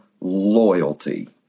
loyalty